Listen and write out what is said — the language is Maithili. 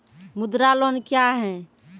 मुद्रा लोन क्या हैं?